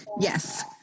Yes